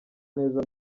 neza